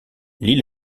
lit